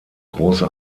große